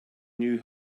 knew